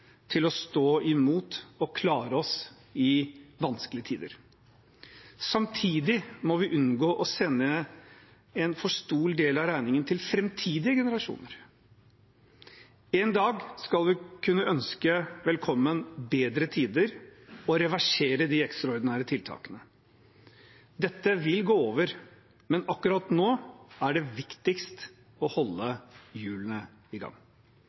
til å stå imot og klare oss i vanskelige tider. Samtidig må vi unngå å sende en for stor del av regningen til framtidige generasjoner. En dag skal vi kunne ønske velkommen bedre tider og reversere de ekstraordinære tiltakene. Dette vil gå over, men akkurat nå er det viktigst å holde hjulene i gang.